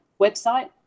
Website